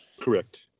Correct